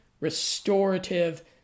restorative